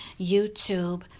YouTube